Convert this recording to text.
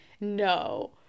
no